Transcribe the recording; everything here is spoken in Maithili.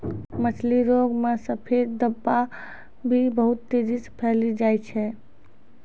मछली रोग मे सफेद धब्बा भी बहुत तेजी से फैली जाय छै